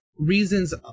Reasons